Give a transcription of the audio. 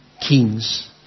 kings